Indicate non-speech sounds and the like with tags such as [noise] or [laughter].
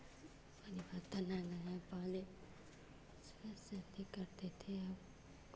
परिवर्तन आ गए हैं पहले इसमें [unintelligible] करते थे